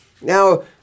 Now